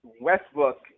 Westbrook